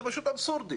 זה פשוט אבסורד.